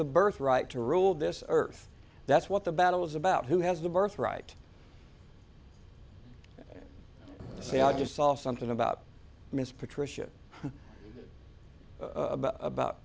the birth right to rule this earth that's what the battle is about who has the birth right to say i just saw something about miss patricia about